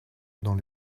dans